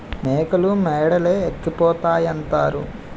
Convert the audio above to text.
మేకలు మేడలే ఎక్కిపోతాయంతారు